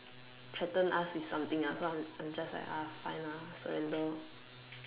threaten us with something else so I'm I'm just like ah fine ah surrender lor